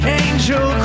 angel